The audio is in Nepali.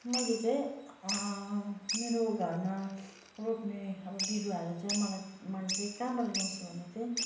मैले चाहिँ मेरो घरमा रोप्ने बिरुवाहरू चाहिँ मलाई मैले चाहिँ कहाँबाट ल्याउँछु भने चाहिँ